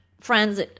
friends